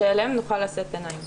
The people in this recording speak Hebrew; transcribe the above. שאליהן נוכל לשאת עיניים.